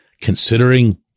considering